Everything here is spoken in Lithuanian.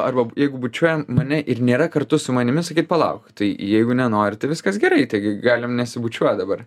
arba jeigu bučiuoja mane ir nėra kartu su manimi sakyt palauk tai jeigu nenori tai viskas gerai taigi galim nesibučiuot dabar